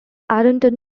ironton